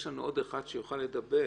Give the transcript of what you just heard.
יש לנו עוד אחד שיוכל לדבר.